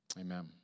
Amen